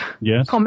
Yes